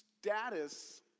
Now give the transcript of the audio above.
status